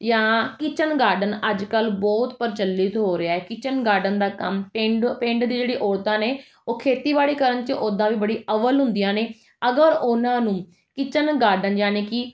ਜਾਂ kitchen garden ਅੱਜ ਕੱਲ੍ਹ ਬਹੁਤ ਪ੍ਰਚਲਿਤ ਹੋ ਰਿਹਾ ਹੈ ਕਿਚਨ ਗਾਰਡਨ ਦਾ ਕੰਮ ਪਿੰਡ ਪਿੰਡ ਦੀ ਜਿਹੜੀ ਔਰਤਾਂ ਨੇ ਉਹ ਖੇਤੀਬਾੜੀ ਕਰਨ 'ਚ ਓਦਾਂ ਵੀ ਬੜੀ ਅਵਲ ਹੁੰਦੀਆਂ ਨੇ ਅਗਰ ਉਨ੍ਹਾਂ ਨੂੰ ਕਿਚਨ ਗਾਰਡਨ ਯਾਨੀ ਕਿ